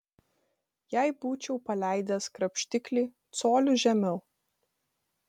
jei būčiau paleidęs krapštiklį coliu žemiau